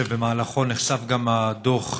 שבמהלכו נחשף גם הדוח,